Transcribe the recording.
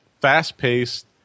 fast-paced